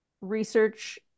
research